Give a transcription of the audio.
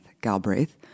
Galbraith